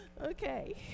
Okay